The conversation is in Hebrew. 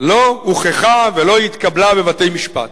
לא הוכחה ולא התקבלה בבתי-משפט.